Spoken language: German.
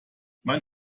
mein